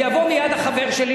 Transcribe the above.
ויבוא מייד החבר שלי,